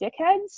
dickheads